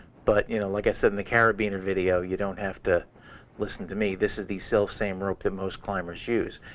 but you know like i said in the caribbean video, you don't have to listen to me. this is the self-same rope that most climbers use.